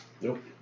Nope